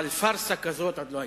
אבל פארסה כזאת עוד לא היתה.